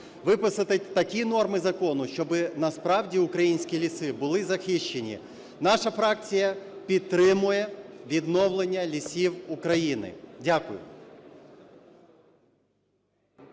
виписати такі норми закону, щоби, насправді, українські ліси були захищені. Наша фракція підтримує відновлення лісів України. Дякую.